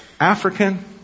African